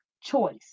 choice